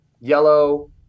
Yellow